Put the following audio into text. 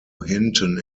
hinton